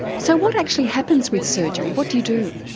so what actually happens with surgery, what do you do?